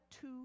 two